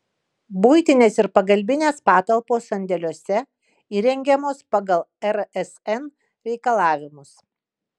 buitinės ir pagalbinės patalpos sandėliuose įrengiamos pagal rsn reikalavimus